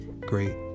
great